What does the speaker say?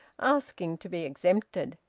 asking to be exempted,